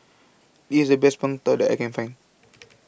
IS The Best Png Tao that I Can Find